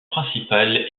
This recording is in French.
principale